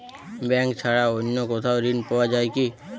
Bank ছাড়া অন্য কোথাও ঋণ পাওয়া যায় কি?